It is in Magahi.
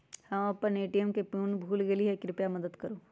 हम अपन ए.टी.एम पीन भूल गेली ह, कृपया मदत करू